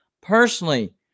Personally